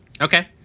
Okay